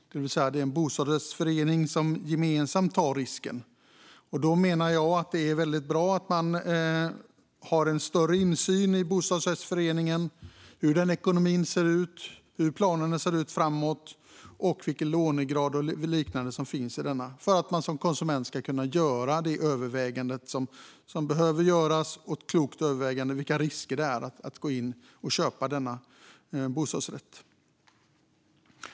Det är ju en bostadsrättsförening som gemensamt tar risken. Därför är det bra att ha insyn i hur bostadsrättsföreningens ekonomi ser ut, hur planerna ser ut framåt och vilken belåningsgrad med mera som finns. Då kan man som konsument göra kloka överväganden av riskerna vid köp av en bostadsrätt.